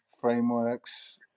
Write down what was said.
frameworks